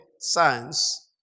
science